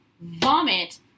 vomit